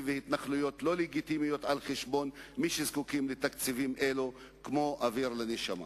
והתנחלויות לא לגיטימיות על חשבון מי שזקוקים לתקציבים אלו כמו אוויר לנשימה.